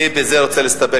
אני בזה רוצה להסתפק,